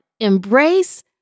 Embrace